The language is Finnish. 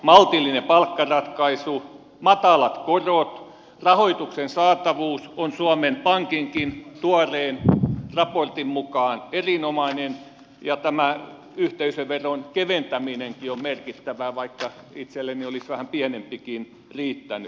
maltillinen palkkaratkaisu matalat korot rahoituksen saatavuus on suomen pankinkin tuoreen raportin mukaan erinomainen ja tämä yhteisöveron keventäminenkin on merkittävää vaikka itselleni olisi vähän pienempikin riittänyt